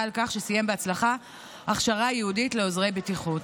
על כך שסיים בהצלחה הכשרה ייעודית לעוזרי בטיחות.